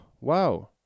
Wow